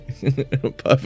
Perfect